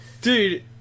dude